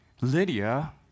Lydia